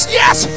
yes